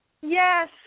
Yes